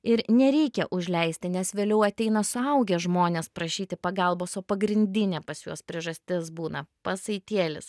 ir nereikia užleisti nes vėliau ateina suaugę žmonės prašyti pagalbos o pagrindinė pas juos priežastis būna pasaitėlis